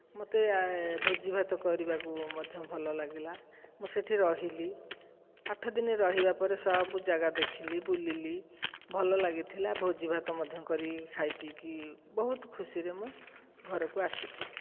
ମୋତେ ଭୋଜିଭାତ କରିବାକୁ ମଧ୍ୟ ଭଲ ଲାଗିଲା ମୁଁ ସେଇଠି ରହିଲି ଆଠଦିନ ରହିବା ପରେ ସବୁ ଯାଗା ଦେଖିଲି ବୁଲିଲି ଭଲ ଲାଗିଥିଲା ଭୋଜିଭାତ ମଧ୍ୟ କରିକି ଖାଇପିଇ କି ବହୁତ ଖୁସିରେ ମୁଁ ଘରକୁ ଆସିଥିଲି